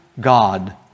God